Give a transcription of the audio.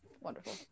wonderful